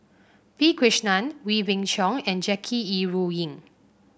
P Krishnan Wee Beng Chong and Jackie Yi Ru Ying